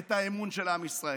את האמון של עם ישראל.